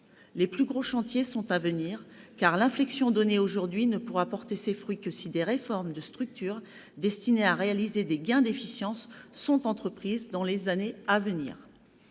les plus gros chantiers sont à venir, et l'inflexion donnée aujourd'hui ne pourra porter ses fruits que si des réformes de structure, destinées à réaliser des gains d'efficience, sont entreprises dans les années à venir.